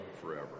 forever